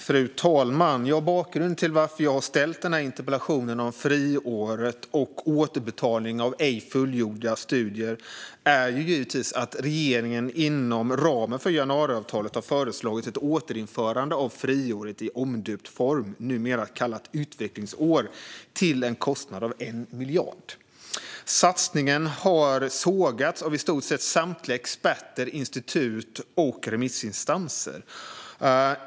Fru talman! Bakgrunden till min interpellation om friåret och återbetalning av ej fullgjorda studier är givetvis att regeringen inom ramen för januariavtalet har föreslagit ett återinförande av friåret i omdöpt form, numera kallat utvecklingsår, till en kostnad av 1 miljard. Satsningen har sågats av i stort sett samtliga experter, institut och remissinstanser.